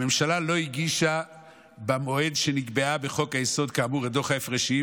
הממשלה לא הגישה במועד שנקבע בחוק-היסוד כאמור את דוח ההפרשים,